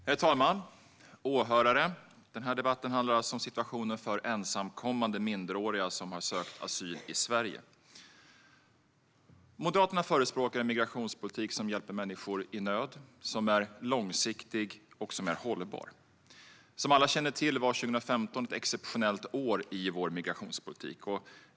Herr talman! Åhörare! Den här debatten handlar alltså om situationen för ensamkommande minderåriga som har sökt asyl i Sverige. Moderaterna förespråkar en migrationspolitik som hjälper människor i nöd, som är långsiktig och hållbar. Som alla känner till var 2015 ett exceptionellt år i vår migrationspolitik.